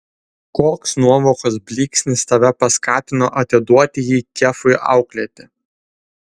koks nuovokos blyksnis tave paskatino atiduoti jį kefui auklėti